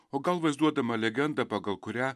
o gal vaizduodama legendą pagal kurią